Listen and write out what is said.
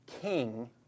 king